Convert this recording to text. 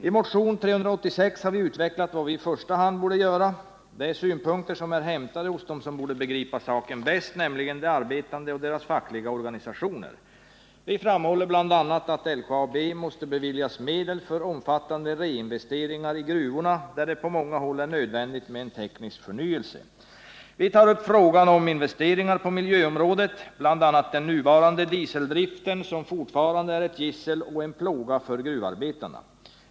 I motionen 386 har vi utvecklat vad som i första hand bör göras. Det är synpunkter som är hämtade från dem som borde begripa saken bäst, de arbetande och deras fackliga organisationer. Vi framhåller bl.a. att LKAB måste beviljas medel för omfattande reinvesteringar i gruvorna, där det på många håll är nödvändigt med en teknisk förnyelse. Vi tar upp frågan om investeringar på miljöområdet, bl.a. när det gäller den nuvarande dieseldriften som fortfarande är ett gissel och en plåga för gruvarbetarna.